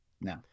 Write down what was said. no